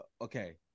okay